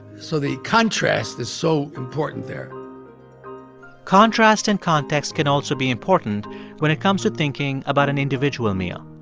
so the contrast is so important there contrast and context can also be important when it comes to thinking about an individual meal.